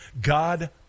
God